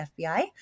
FBI